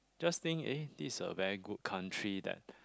just think eh this is a very good country that